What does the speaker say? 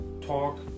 talk